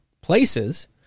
places